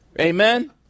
Amen